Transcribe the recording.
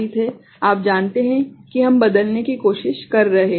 आप जानते हैं कि हम बदलने की कोशिश कर रहे हैं